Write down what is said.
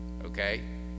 okay